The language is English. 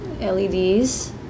LEDs